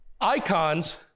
icons